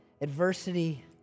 Adversity